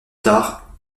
tard